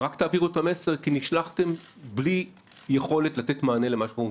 רק תעבירו את המסר כי נשלחתם בלי יכולת לתת מענה למה שאנחנו מבקשים.